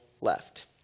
left